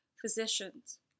physicians